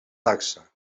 dacsa